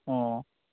ꯑꯣ